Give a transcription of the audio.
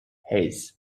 haze